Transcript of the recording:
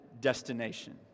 destination